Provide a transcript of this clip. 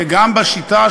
וגם בשיטה,